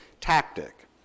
tactic